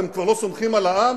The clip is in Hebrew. שיניתם את דעתכם?